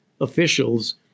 officials